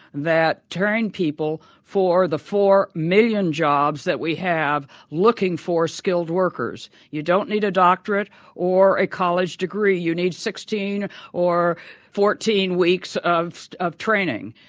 that turn people for the four million jobs that we have looking for skilled workers. you don't need a doctorate or a college degree you need sixteen or fourteen weeks of of training,